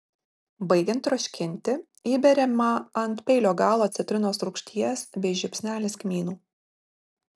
baigiant troškinti įberiama ant peilio galo citrinos rūgšties bei žiupsnelis kmynų